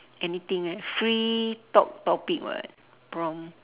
anything eh free talk topic [what] prompt